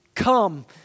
Come